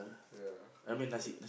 ya after